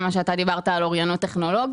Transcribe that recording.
גם מה שאתה דיברת על אוריינות טכנולוגית,